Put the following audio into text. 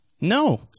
No